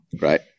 right